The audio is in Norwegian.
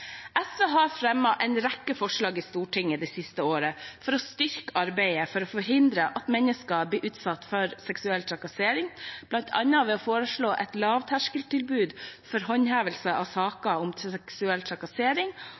SV har det siste året fremmet en rekke forslag i Stortinget for å styrke arbeidet for å forhindre at mennesker blir utsatt for seksuell trakassering, bl.a. ved å foreslå et lavterskeltilbud for håndhevelse av saker om seksuell trakassering,